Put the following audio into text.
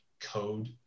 code